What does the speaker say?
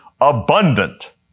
abundant